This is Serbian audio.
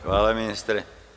Hvala, ministre.